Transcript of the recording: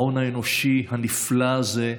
ההון האנושי הנפלא הזה,